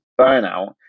burnout